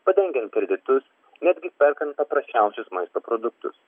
padengiant kreditus netgi perkant paprasčiausius maisto produktus